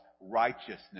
righteousness